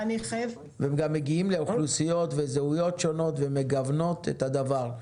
והם גם מגיעים לאוכלוסיות וזהויות שונות ומגוונות את הדבר.